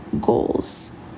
goals